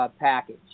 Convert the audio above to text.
package